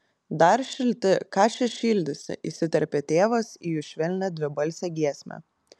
dar šilti ką čia šildysi įsiterpė tėvas į jų švelnią dvibalsę giesmę